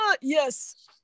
Yes